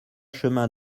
chemin